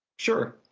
sure.